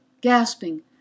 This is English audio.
gasping